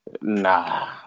Nah